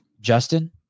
Justin